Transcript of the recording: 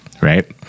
right